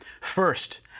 First